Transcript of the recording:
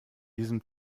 diesem